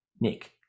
Nick